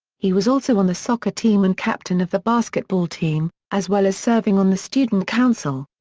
he was also on the soccer team and captain of the basketball team, as well as serving on the student council.